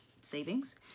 savings